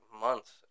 months